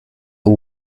all